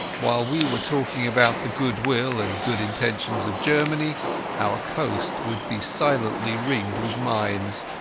while we were talking about the goodwill and good intentions of germany our coast would be silently ringed with mines,